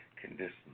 conditions